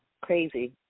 Crazy